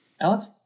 Alex